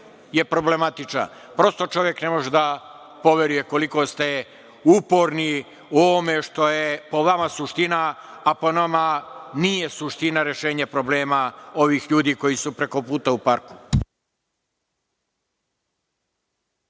je problematičan. Prosto čovek ne može da poveruje koliko ste uporni u ovome što je, po vama suština, a po nama nije suština rešenja problema ovih ljudi koji su prekoputa u parku.